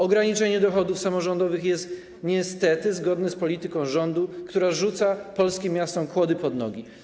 Ograniczenie dochodów samorządowych jest niestety zgodne z polityką rządu, która rzuca polskim miastom kłody pod nogi.